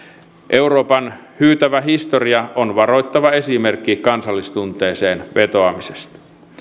euroopan hyytävä historia on varoittava esimerkki kansallistunteeseen vetoamisesta